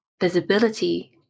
visibility